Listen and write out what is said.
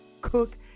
Cook